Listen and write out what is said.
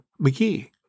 McGee